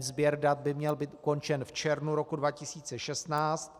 Sběr dat by měl být ukončen v červnu roku 2016.